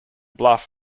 bluff